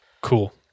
Cool